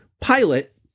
pilot